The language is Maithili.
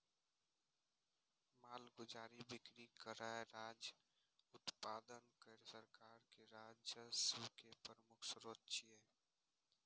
मालगुजारी, बिक्री कर आ राज्य उत्पादन कर सरकार के कर राजस्व के प्रमुख स्रोत छियै